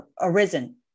arisen